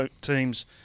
teams